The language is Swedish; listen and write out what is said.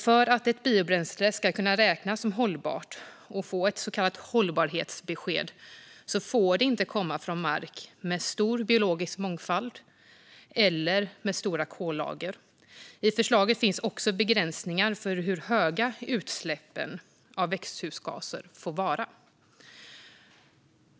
För att ett biobränsle ska kunna räknas som hållbart och få ett så kallat hållbarhetsbesked får det inte komma från mark med stor biologisk mångfald eller med stora kollager. I förslaget finns också begränsningar gällande hur höga utsläppen av växthusgaser får vara.